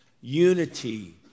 unity